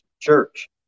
church